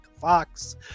fox